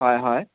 হয় হয়